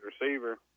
receiver